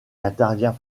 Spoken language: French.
intervient